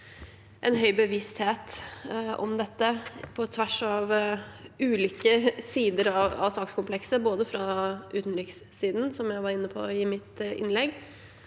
en høy bevissthet om dette på tvers av ulike sider av sakskomplekset, både fra utenrikssiden, som jeg var inne på i mitt innlegg,